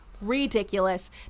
ridiculous